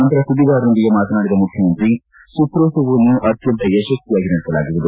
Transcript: ನಂತರ ಸುದ್ವಿಗಾರರೊಂದಿಗೆ ಮಾತನಾಡಿದ ಮುಖ್ಯಮಂತ್ರಿ ಚಿತ್ರೋತ್ಸವವನ್ನು ಅತ್ಯಂತ ಯಶಸ್ವಿಯಾಗಿ ನಡೆಸಲಾಗುವುದು